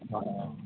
অঁ